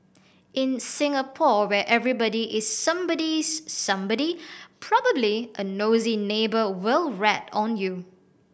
in Singapore where everybody is somebody's somebody probably a nosy neighbour will rat on you